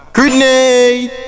Grenade